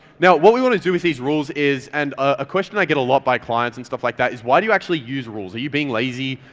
now what we want to do with these rules is, and a question i get a lot by clients and stuff like that, is why do you actually use rules? are you being lazy?